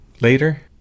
later